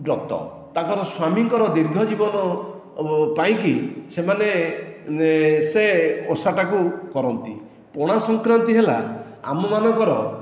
ବ୍ରତ ତାଙ୍କର ସ୍ୱାମୀଙ୍କର ଦୀର୍ଘ ଜୀବନ ପାଇଁ ସେମାନେ ସେ ଓଷାଟାକୁ କରନ୍ତି ପଣା ସଂକ୍ରାନ୍ତି ହେଲା ଆମ ମାନଙ୍କର